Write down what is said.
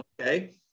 Okay